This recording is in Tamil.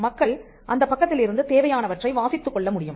மக்கள் அந்தப் பக்கத்திலிருந்து தேவையானவற்றை வாசித்துக் கொள்ளமுடியும்